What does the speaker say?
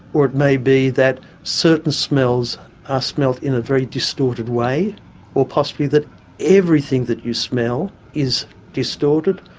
or it may be that certain smells are smelt in a very distorted way or possibly that everything that you smell is distorted,